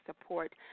support